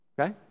okay